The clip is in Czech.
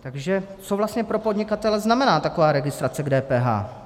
Takže co vlastně pro podnikatele znamená taková registrace k DPH.